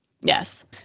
Yes